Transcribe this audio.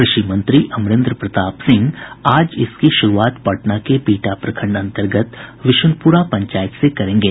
कृषि मंत्री अमरेन्द्र प्रताप सिंह आज इसकी शुरूआत पटना के बिहटा प्रखंड अंतर्गत विशुनपुरा पंचायत से करेंगे